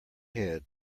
head